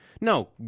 No